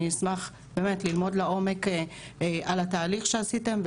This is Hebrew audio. אני אשמח באמת ללמוד לעומק על התהליך שעשיתם,